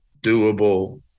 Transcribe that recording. doable